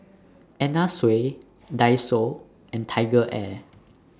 Anna Sui Daiso and TigerAir